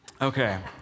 Okay